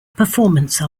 performance